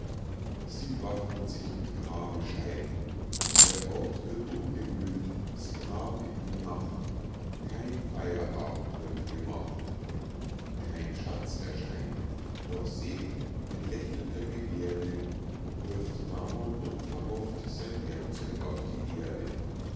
sie waffnen sich mit grabescheiten der ort wird umgewühlt sie graben in die nacht kein feierabend wird gemacht kein schatz erscheint doch seht mit lächelnder geberde wirft damon unverhofft sein werkzeug auf die erde